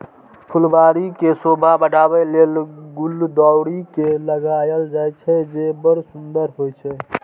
फुलबाड़ी के शोभा बढ़ाबै लेल गुलदाउदी के लगायल जाइ छै, जे बड़ सुंदर होइ छै